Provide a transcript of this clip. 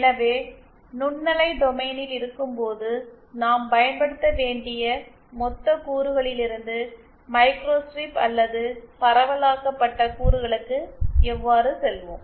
எனவே நுண்ணலை டொமைனில் இருக்கும்போது நாம் பயன்படுத்த வேண்டிய மொத்த கூறுகளிலிருந்து மைக்ரோஸ்ட்ரிப் அல்லது பரவலாக்கப்பட்ட கூறுகளுக்கு எவ்வாறு செல்வோம்